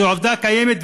זו עובדה קיימת,